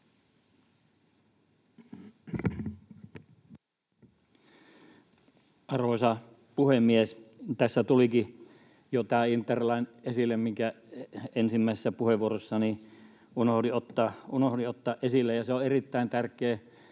Arvoisa puhemies! Tässä tulikin jo tämä interline esille, minkä ensimmäisessä puheenvuorossani unohdin ottaa esille. Se on erittäin tärkeä.